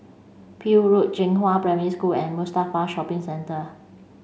Peel Road Zhenghua Primary School and Mustafa Shopping Centre